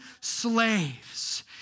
slaves